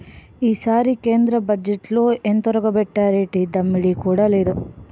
ఈసారి కేంద్ర బజ్జెట్లో ఎంతొరగబెట్టేరేటి దమ్మిడీ కూడా లేదు